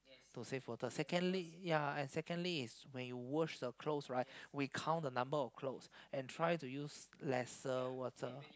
to save water secondly ya secondly when you wash the clothes we count the clothes and use lesser water